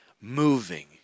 moving